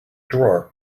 drawer